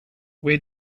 where